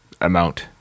amount